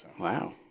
Wow